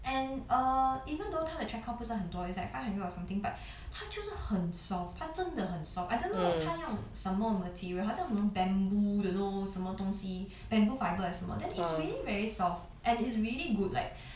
and err even though 他的 thread count 不是很多 is like five hundred or something but 他就是很 soft 他真的很 soft I don't know 他用什么 material 好像什么 bamboo 的 don't know 什么东西 bamboo fibre 还是什么 then is really very soft and it's really good like